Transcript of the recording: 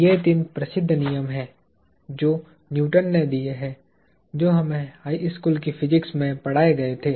ये तीन प्रसिद्ध नियम हैं जो न्यूटन ने दिए हैं जो हमें हाई स्कूल की फिजिक्स में पढ़ाए गए थे